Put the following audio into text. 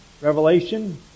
Revelation